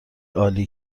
عالیه